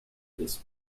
this